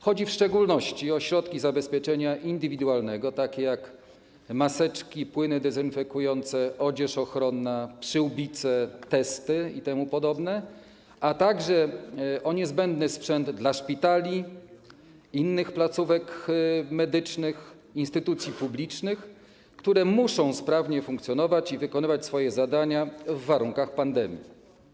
Chodzi w szczególności o środki zabezpieczenia indywidualnego takie jak maseczki, płyny dezynfekujące, odzież ochronna, przyłbice, testy itp., a także o niezbędny sprzęt dla szpitali, innych placówek medycznych, instytucji publicznych, które muszą sprawnie funkcjonować i wykonywać swoje zadania w warunkach pandemii.